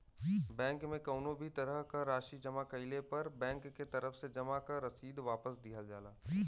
bank में कउनो भी तरह क राशि जमा कइले पर बैंक के तरफ से जमा क रसीद वापस दिहल जाला